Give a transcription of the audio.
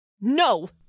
No